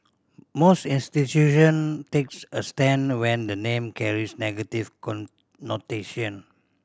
most institution takes a stand when the name carries negative connotation